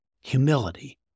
humility